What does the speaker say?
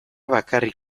bakarrik